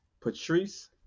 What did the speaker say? Patrice